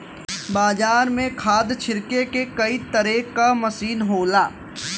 बाजार में खाद छिरके के कई तरे क मसीन होला